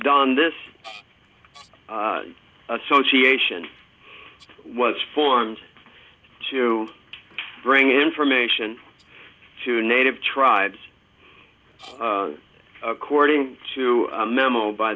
don this association was formed to bring information to native tribes according to a memo by